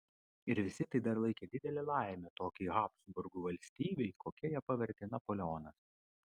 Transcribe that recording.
ir visi tai dar laikė didele laime tokiai habsburgų valstybei kokia ją pavertė napoleonas